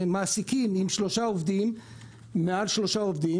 למעסיקים עם מעל שלושה עובדים.